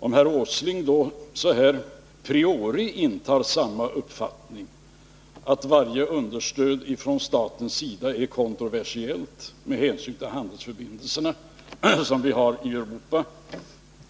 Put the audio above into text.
Om herr Åsling då så här a priori hyser samma uppfattning, att varje understöd från statens sida är kontroversiellt med hänsyn till de handelsförbindelser vi har i Europa,